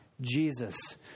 Jesus